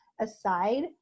aside